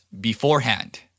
beforehand